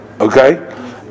Okay